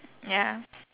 ya